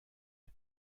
est